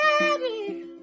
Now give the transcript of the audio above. ready